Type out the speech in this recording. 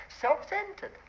self-centered